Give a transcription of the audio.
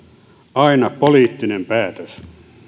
aina poliittinen päätös